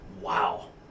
wow